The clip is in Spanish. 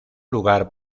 lugar